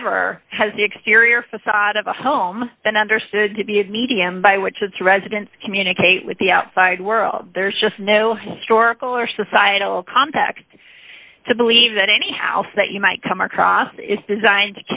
never has the exterior facade of a home been understood to be a medium by which its residents communicate with the outside world there's just no historical or societal context to believe that any house that you might come across is designed